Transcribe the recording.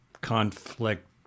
Conflict